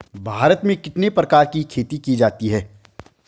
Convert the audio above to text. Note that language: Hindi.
भारत में कितने प्रकार की खेती की जाती हैं?